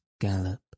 gallop